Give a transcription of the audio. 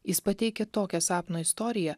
jis pateikia tokią sapno istoriją